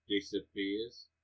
disappears